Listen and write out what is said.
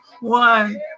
one